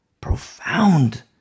Profound